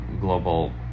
global